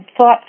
thought